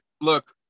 Look